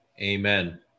Amen